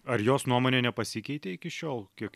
ar jos nuomonė nepasikeitė iki šiol kiek